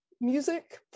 music